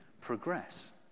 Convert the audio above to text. progress